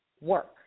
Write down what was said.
work